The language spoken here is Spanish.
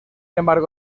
embargo